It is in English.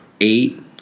Eight